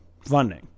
funding